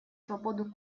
свободу